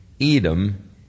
Edom